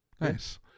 nice